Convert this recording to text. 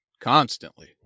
Constantly